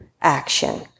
action